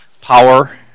power